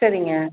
சரிங்க